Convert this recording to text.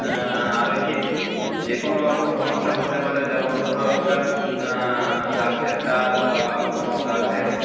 আরোহীর যে কোনো রকম সমস্যা হতে পারে যেমন ধরো একটা গাছের ডাল বা কোনো গাছের